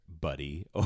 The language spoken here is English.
buddy